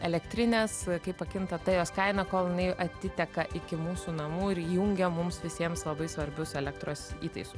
elektrinės kaip pakinta ta jos kaina kol jinai atiteka iki mūsų namų ir įjungia mums visiems labai svarbius elektros įtaisus